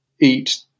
eat